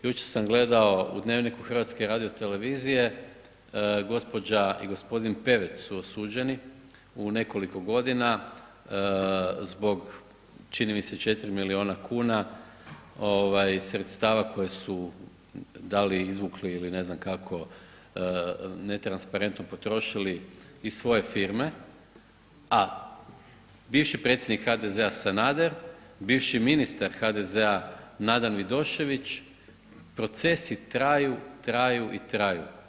Jučer sam gledao u Dnevniku Hrvatske radiotelevizije gospođa i gospodin Pevec su osuđeni u nekoliko godina zbog čini mi se 4 milijuna kuna sredstava koje su dali, izvukli ili ne znam kako, netransparentno potrošili iz svoje firme, a bivši predsjednik HDZ-a Sanader, Bivši ministar HDZ-a Nadan Vidošević procesi traju, traju i traju.